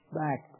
back